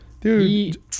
Dude